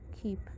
keep